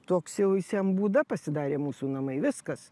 toks jau jis jam būda pasidarė mūsų namai viskas